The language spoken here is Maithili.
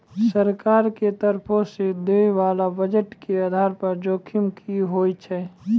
सरकार के तरफो से दै बाला बजट के आधार जोखिम कि होय छै?